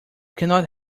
cannot